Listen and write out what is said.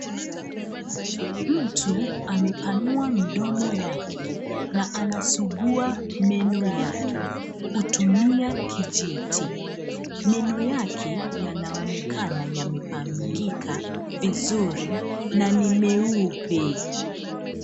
Mtu amepanua mdomo yake na anasugua meno yake kutumia kijiti. Meno yake yanaonekana yamepangika vizuri na ni meupe.